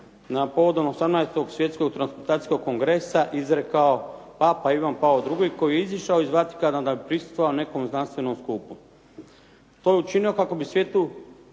povodom 18. svjetskog transplantacijskog kongresa izrekao papa Ivan Pavao II koji je izašao iz Vatikana da bi prisustvovao nekom znanstvenom skupu. To je učinio kako bi svijetu